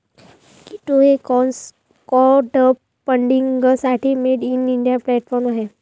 कीटो हे क्राउडफंडिंगसाठी made in India platform आहे